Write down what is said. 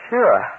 Sure